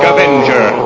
Avenger